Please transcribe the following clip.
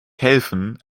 helfen